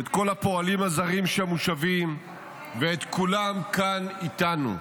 את כל הפועלים הזרים שמושבים ואת כולם כאן איתנו.